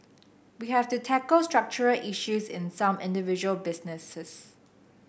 we have to tackle structural issues in some individual businesses